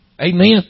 Amen